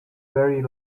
very